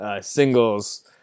singles